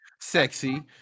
sexy